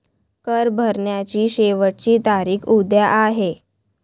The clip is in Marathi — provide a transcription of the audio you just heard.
कर भरण्याची शेवटची तारीख उद्या आहे